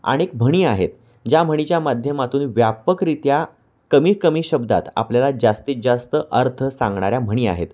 अनेक म्हणी आहेत ज्या म्हणीच्या माध्यमातून व्यापकरित्या कमी कमी शब्दात आपल्याला जास्तीत जास्त अर्थ सांगणाऱ्या म्हणी आहेत